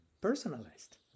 personalized